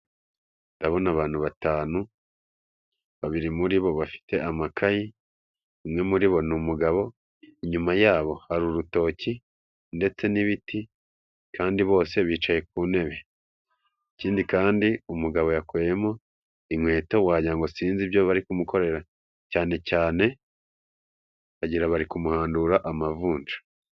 Ndabona abantu batanu, babiri muri bo bafite amakayi, umwe muri bo ni umugabo, inyuma yabo hari urutoki ndetse n'ibiti kandi bose bicaye ku ntebe. Ikindi kandi umugabo yakuyemo inkweto wagira ngo sinzi ibyo bari kumukorera cyane cyane wagira bari kumuhandura amavunja.